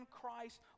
Christ